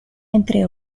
entre